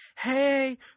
Hey